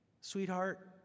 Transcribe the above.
sweetheart